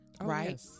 Right